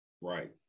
right